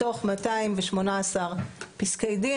מתוך 218 פסקי דין,